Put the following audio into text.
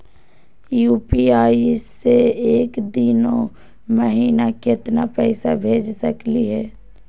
UPI स एक दिनो महिना केतना पैसा भेज सकली हे?